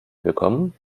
bekommen